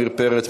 עמיר פרץ,